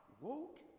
Woke